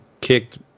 kicked